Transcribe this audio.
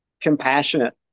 compassionate